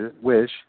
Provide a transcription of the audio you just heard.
wish